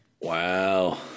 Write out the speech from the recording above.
Wow